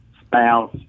spouse